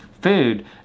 food